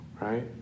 right